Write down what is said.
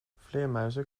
vleermuizen